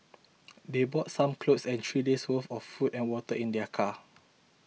they brought some clothes and three days' worth of food and water in their car